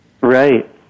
Right